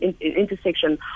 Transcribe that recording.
intersection